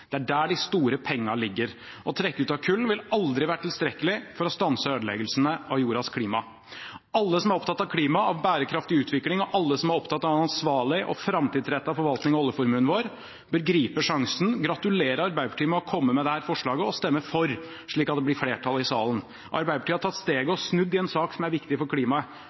Det er der de store pengene ligger. Å trekke ut av kull vil aldri være tilstrekkelig for å stanse ødeleggelsene av jordens klima. Alle som er opptatt av klima og bærekraftig utvikling, og alle som er opptatt av ansvarlig og framtidsrettet forvaltning av oljeformuen vår, bør gripe sjansen, gratulere Arbeiderpartiet med å ha kommet med dette forslaget og stemme for slik at det blir flertall i salen. Arbeiderpartiet har tatt steget og snudd i en sak som er viktig for klimaet.